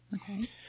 Okay